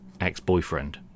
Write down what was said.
Ex-boyfriend